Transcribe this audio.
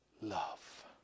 Love